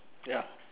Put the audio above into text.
ya